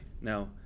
Now